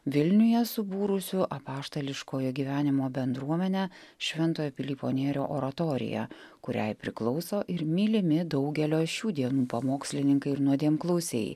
vilniuje subūrusiu apaštališkojo gyvenimo bendruomenę šventojo pilypo nėrio oratoriją kuriai priklauso ir mylimi daugelio šių dienų pamokslininkai ir nuodėmklausiai